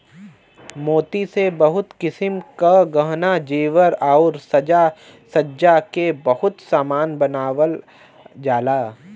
मोती से बहुत किसिम क गहना जेवर आउर साज सज्जा के बहुत सामान बनावल जाला